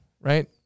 right